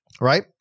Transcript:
right